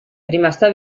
rimasta